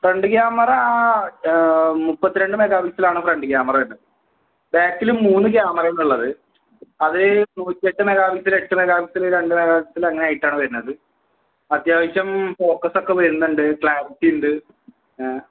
front camera മുപ്പത്തിരണ്ട് mega പിക്സലാണ് front camera വരുന്നത് ബ്യാക്കില് മൂന്നുക്യാമറയാണുള്ളത് അത് നൂറ്റിയെട്ട് മെഗാ പിക്സല് എട്ട് മെഗാ പിക്സല് രണ്ടു മെഗാ പിക്സല് അങ്ങനെയായിട്ടാണ് വരുന്നത് അത്യാവശ്യം ഫോക്കസൊക്കെ വരുന്നത് ക്ലാരിറ്റിയുണ്ട്